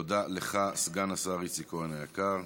תודה לך, סגן השר איציק כהן היקר.